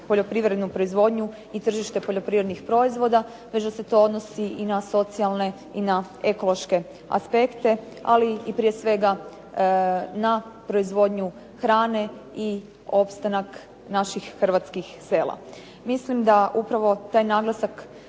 poljoprivrednu proizvodnju i tržište poljoprivrednih proizvoda, već da se to odnosi i na socijalne i na ekološke aspekte, ali prije svega na proizvodnju hrane i opstanak naših hrvatskih sela. Mislim da upravo taj naglasak